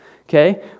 okay